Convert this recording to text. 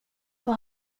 vad